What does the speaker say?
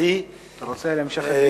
מבחינתי, אתה רוצה המשך הדיון?